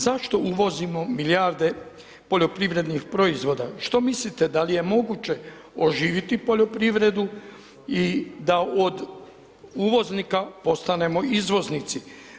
Zašto uvozimo milijarde poljoprivrednih proizvoda, što mislite da li je moguće oživjeti poljoprivredu i da od uvoznika postanemo izvoznici?